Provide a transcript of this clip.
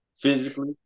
physically